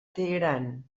teheran